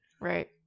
Right